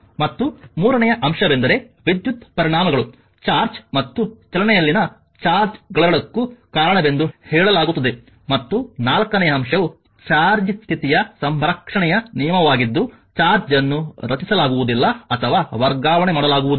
ಮತ್ತು ಮೂರನೆಯ ಅಂಶವೆಂದರೆ ವಿದ್ಯುತ್ ಪರಿಣಾಮಗಳು ಚಾರ್ಜ್ ಮತ್ತು ಚಲನೆಯಲ್ಲಿನ ಚಾರ್ಜ್ ಗಳೆರಡಕ್ಕೂ ಕಾರಣವೆಂದು ಹೇಳಲಾಗುತ್ತದೆ ಮತ್ತು ನಾಲ್ಕನೆಯ ಅಂಶವು ಚಾರ್ಜ್ ಸ್ಥಿತಿಯ ಸಂರಕ್ಷಣೆಯ ನಿಯಮವಾಗಿದ್ದು ಚಾರ್ಜ್ ಅನ್ನು ರಚಿಸಲಾಗುವುದಿಲ್ಲ ಅಥವಾ ವರ್ಗಾವಣೆ ಮಾಡಲಾಗುವುದಿಲ್ಲ